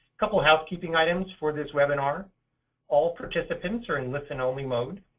couple housekeeping items for this webinar all participants are in listen-only mode.